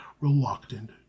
reluctant